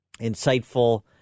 insightful